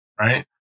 right